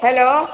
hello